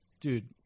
Dude